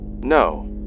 No